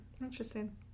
Interesting